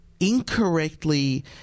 incorrectly